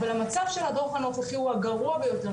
אבל המצב של הדור הנוכחי הוא הגרוע ביותר